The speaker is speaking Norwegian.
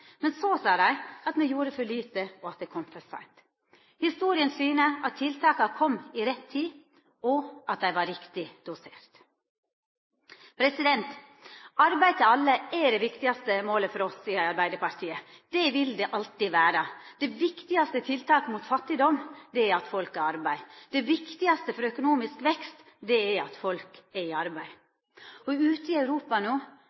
Men så sa dei at me gjorde for lite, og at det kom for seint. Historia syner at tiltaka kom i rett tid, og at dei var riktig doserte. Arbeid til alle er det viktigaste målet for oss i Arbeidarpartiet. Det vil det alltid vera. Det viktigaste tiltaket mot fattigdom er at folk har arbeid. Det viktigaste for økonomisk vekst er at folk er i arbeid. Ute i Europa no